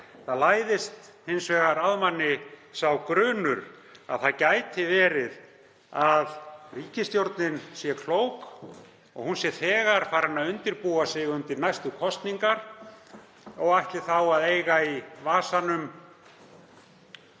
Það læðist hins vegar að manni sá grunur að það gæti verið að ríkisstjórnin sé klók og hún sé þegar farin að undirbúa sig undir næstu kosningar og ætli þá að eiga í vasanum